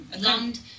land